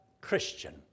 Christian